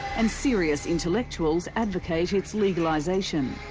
and serious intellectuals advocate its legalisation.